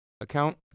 account